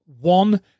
one